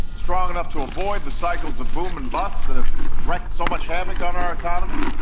strong enough to avoid the cycles of boom and bust that have wreaked so much havoc on our economy,